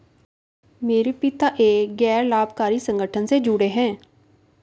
मेरे पिता एक गैर लाभकारी संगठन से जुड़े हैं